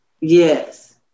Yes